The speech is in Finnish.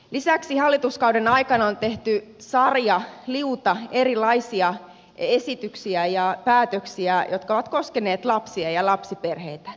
lisäksi hallituskauden aikana on tehty liuta erilaisia esityksiä ja päätöksiä jotka ovat koskeneet lapsia ja lapsiperheitä